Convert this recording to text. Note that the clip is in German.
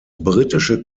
britische